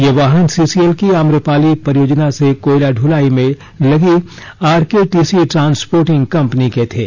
ये वाहन सीसीएल की आम्रपाली परियोजना से कोयला दुलाई में लगी आरकेटीसी ट्रांसपोर्टिंग कंपनी के थे